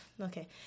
okay